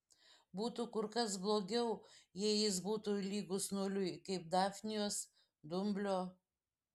būtų kur kas blogiau jei jis būtų lygus nuliui kaip dafnijos dumblio